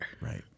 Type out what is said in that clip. Right